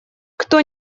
кто